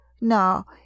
Now